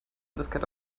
diskette